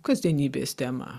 kasdienybės tema